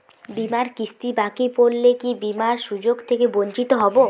বিমার কিস্তি বাকি পড়লে কি বিমার সুযোগ থেকে বঞ্চিত হবো?